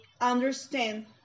understand